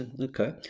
Okay